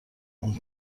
اون